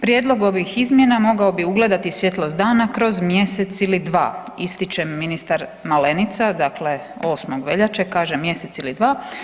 Prijedlog ovih izmjena mogao bi ugledati svjetlost dana kroz mjesec ili dva, ističe ministar Malenica“, dakle 8. veljače kaže mjesec ili dva.